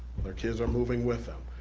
their kids are moving with them.